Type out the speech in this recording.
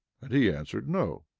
and he answered, no.